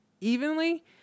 evenly